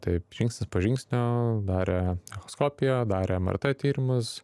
taip žingsnis po žingsnio darė echoskopiją darė mrt tyrimus